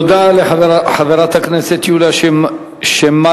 תודה לחברת הכנסת יוליה שמאלוב-ברקוביץ.